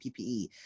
PPE